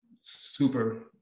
super